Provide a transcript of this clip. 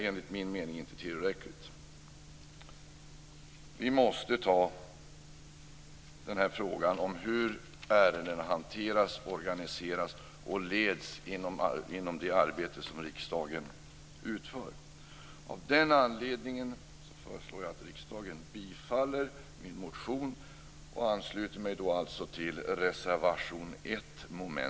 Enligt min mening är det inte tillräckligt. Vi måste föra in den här frågan om hur ärendena hanteras, organiseras och leds inom det arbete som riksdagen utför. Av den anledning föreslår jag att riksdagen bifaller min motion. Jag ansluter mig alltså till reservation